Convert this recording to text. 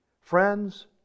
Friends